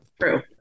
True